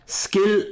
skill